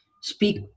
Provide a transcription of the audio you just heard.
speak